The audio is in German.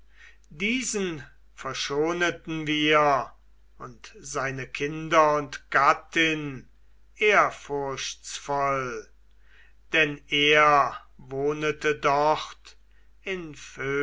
diesen verschoneten wir und seine kinder und gattin ehrfurchtsvoll denn er wohnete dort